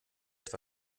etwa